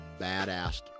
badass